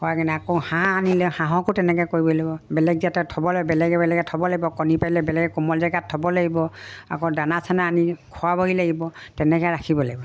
খোৱাই কিনে আকৌ হাঁহ আনিলে হাঁহকো তেনেকৈ কৰিব লাগিব বেলেগ যাতে থ'ব লাগিব বেলেগ বেলেগ থ'ব লাগিব কণী পাৰিলে বেলেগ কোমল জেগাত থ'ব লাগিব আকৌ দানা চানা আনি খোৱাবহি লাগিব তেনেকৈ ৰাখিব লাগিব